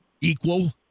equal